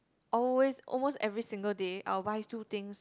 always almost every single day I'll buy two things